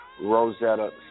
Rosetta